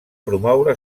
promoure